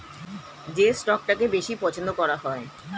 যে স্টকটাকে বেশি পছন্দ করা হয়